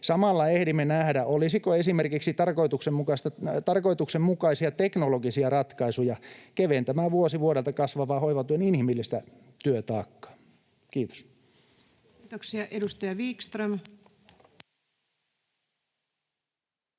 Samalla ehdimme nähdä, olisiko esimerkiksi tarkoituksenmukaisia teknologisia ratkaisuja keventämään vuosi vuodelta kasvavaa hoivatyön inhimillistä työtaakkaa. — Kiitos. [Speech 135]